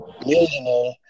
millionaire